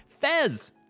Fez